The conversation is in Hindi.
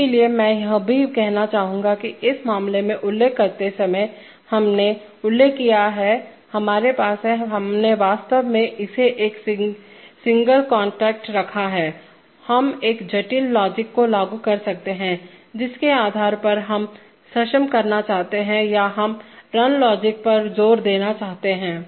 इसलिए मैं यह भी कहना चाहूंगा कि इस मामले में उल्लेख करते समय हमने उल्लेख किया है हमारे पास है हमने वास्तव में इसे एक सिंगल कांटेक्ट रखा है हम एक जटिल लॉजिक को लागू कर सकते हैं जिसके आधार पर हम सक्षम करना चाहते हैं या हम रन लॉजिक पर जोर देना चाहते हैं